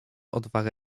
odwaga